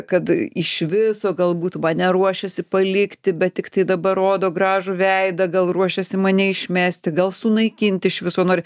kad išviso galbūt mane ruošiasi palikti bet tiktai dabar rodo gražų veidą gal ruošiasi mane išmesti gal sunaikinti iš viso nori